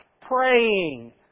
praying